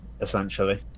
essentially